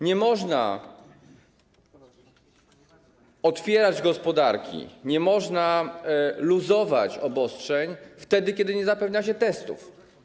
Nie można otwierać gospodarki, nie można luzować obostrzeń wtedy, kiedy nie zapewnia się testów.